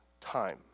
time